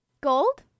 Gold